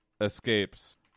escapes